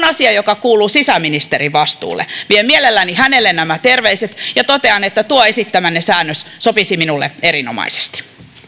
asia joka kuuluu sisäministerin vastuulle vien mielelläni hänelle nämä terveiset ja totean että tuo esittämänne säännös sopisi minulle erinomaisesti nyt